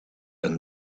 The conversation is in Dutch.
een